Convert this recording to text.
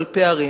על פערים,